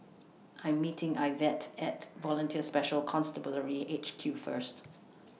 I Am meeting Ivette At Volunteer Special Constabulary H Q First